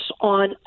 on